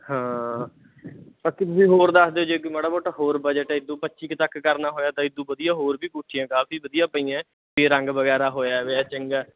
ਹਾਂ ਬਾਕੀ ਤੁਸੀਂ ਹੋਰ ਦੱਸ ਦਿਓ ਜੇ ਕੋਈ ਮਾੜਾ ਮੋਟਾ ਹੋਰ ਬਜਟ ਇਸ ਤੋਂ ਪੱਚੀ ਕੁ ਤੱਕ ਕਰਨਾ ਹੋਇਆ ਤਾਂ ਇਸ ਤੋਂ ਵਧੀਆ ਹੋਰ ਵੀ ਕੋਠੀਆਂ ਕਾਫੀ ਵਧੀਆ ਪਈਆਂ ਅਤੇ ਰੰਗ ਵਗੈਰਾ ਹੋਇਆ ਪਿਆ ਚੰਗਾ